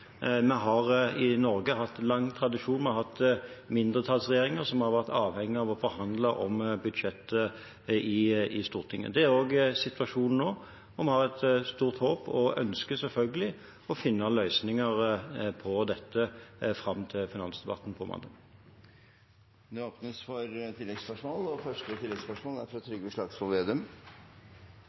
Vi har i Norge hatt lang tradisjon med mindretallsregjeringer som har vært avhengige av å forhandle om budsjettet i Stortinget. Det er også situasjonen nå. Vi har et stort håp om og ønsker selvfølgelig å finne løsninger på dette fram til finansdebatten på mandag. Det blir oppfølgingsspørsmål – først Trygve Slagsvold Vedum. Det er